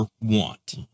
want